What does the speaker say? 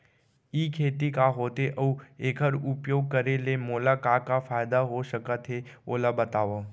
ई खेती का होथे, अऊ एखर उपयोग करे ले मोला का का फायदा हो सकत हे ओला बतावव?